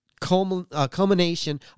Culmination